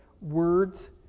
words